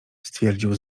stwierdził